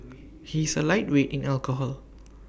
he is A lightweight in alcohol